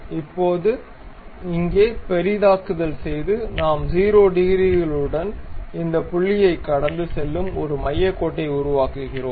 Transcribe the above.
இப்போது இங்கே பெரிதாக்குதல் செய்து நாம் 0 டிகிரிகளுடன் இந்த புள்ளியைக் கடந்து செல்லும் ஒரு மையக் கோட்டை உருவாக்குகிறோம்